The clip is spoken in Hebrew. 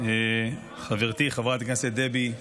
חברתי חברת הכנסת דבי,